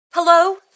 Hello